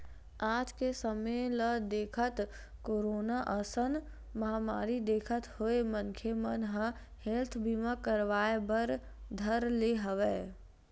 आज के समे ल देखत, कोरोना असन महामारी देखत होय मनखे मन ह हेल्थ बीमा करवाय बर धर ले हवय